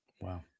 Wow